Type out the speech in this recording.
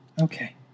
Okay